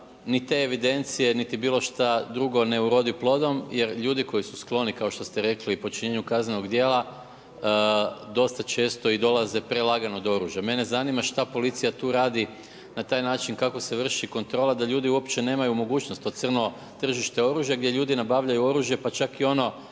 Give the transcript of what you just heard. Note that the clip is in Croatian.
niti te evidencije niti bilo šta drugo ne urodi plodom, jer ljudi koji su skloni kao što ste rekli počinjenju kaznenih djela dosta često i dolaze prelagano do oružja. Mene zanima šta policija tu radi na taj način kako se vrši kontrola da ljudi uopće nemaju mogućnost to crno tržište gdje ljudi nabavljaju oružje pa čak i ono